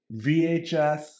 VHS